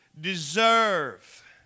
deserve